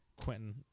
quentin